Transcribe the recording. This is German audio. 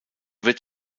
wird